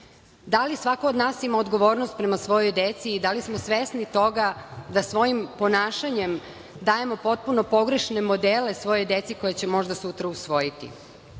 li svako od nas ima odgovornost prema svojoj deci i da li smo svesni toga da svojim ponašanjem dajemo potpuno pogrešne modele koje će možda sutra usvojiti?